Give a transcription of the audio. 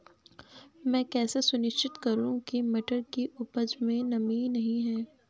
मैं कैसे सुनिश्चित करूँ की मटर की उपज में नमी नहीं है?